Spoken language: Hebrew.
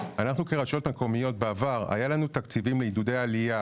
אנחנו כרשויות מקומיות בעבר היה לנו תקציבים עידודי עלייה,